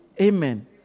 Amen